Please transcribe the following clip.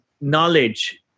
knowledge